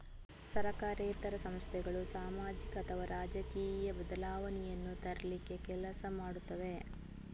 ಸರಕಾರೇತರ ಸಂಸ್ಥೆಗಳು ಸಾಮಾಜಿಕ ಅಥವಾ ರಾಜಕೀಯ ಬದಲಾವಣೆಯನ್ನ ತರ್ಲಿಕ್ಕೆ ಕೆಲಸ ಮಾಡ್ತವೆ